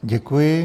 Děkuji.